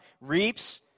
reaps